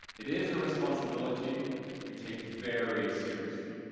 it is a responsibility we take very seriously.